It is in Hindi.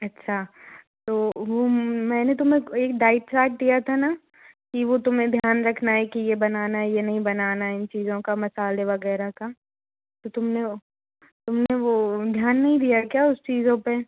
अच्छा तो वो मैंने तुम्हे एक डाइट चाट दिया था ना कि वो तुम्हे ध्यान रखना है कि ये बनाना हे ये नहीं बनाना है इन चीज़ों के मसाले वग़ैरह का तो तुम ने वो तुम ने वो ध्यान नहीं दिया क्या उन चीज़ों पर